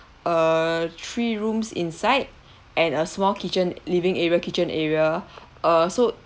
err three rooms inside and a small kitchen living area kitchen area uh so